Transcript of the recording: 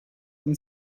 and